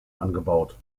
angebaut